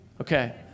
Okay